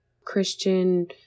christian